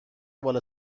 بالا